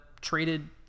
traded